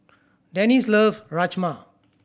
Dennis love Rajma